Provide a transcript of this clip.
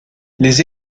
les